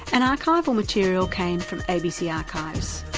and archival material came from abc archives.